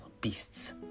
beasts